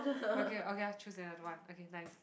okay okay I choose another one okay nice